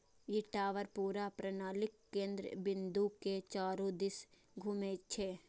ई tower पूरा प्रणालीक केंद्र बिंदु के चारू दिस घूमै छै